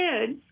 kids